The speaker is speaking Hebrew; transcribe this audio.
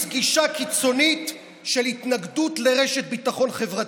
גישה קיצונית של התנגדות לרשת ביטחון חברתית.